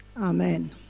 Amen